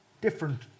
different